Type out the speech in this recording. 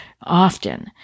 often